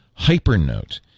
Hypernote